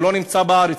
הוא לא נמצא בארץ,